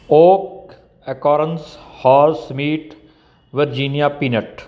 oak acorns horse meat virginia peanut